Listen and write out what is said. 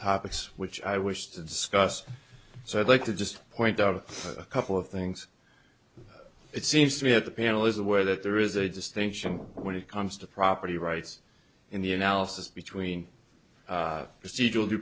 topics which i wish to discuss so i'd like to just point out a couple of things it seems to me at the panel is aware that there is a distinction when it comes to property rights in the analysis between procedur